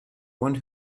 one